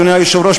אדוני היושב-ראש,